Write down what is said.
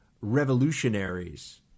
revolutionaries